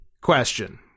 Question